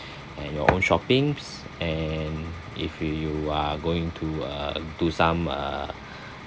and your own shoppings and if you are going to uh do some uh